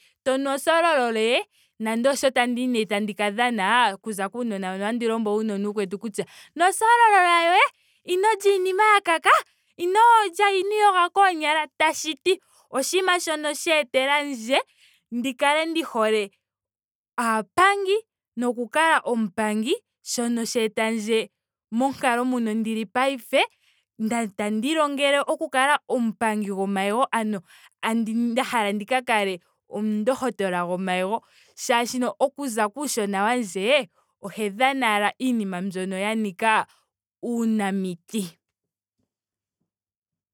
Tonu osololola ee. Nando osho nee tandiyi ndika dhane opkuza kuunona hoka otandi lombwele uunona uukwetu kutya nwwa osololola yoye. ino lta iinima ya kaka. ino lya inoo iyoga koonyala. tashiti oshinima shoka sheetelandje ndi kale ndi hole aapangi. noku kala omupangi shoka sheetandje monkalo moka ndili paife. tandi ilongele okukala omupangi. gomayego ano tandi nda hala ndi ka kale omundhotola gomayego molwaashoka okuza kuushona wandje ohandi dhana ashike iinima mbyoka ya nika uunamiti.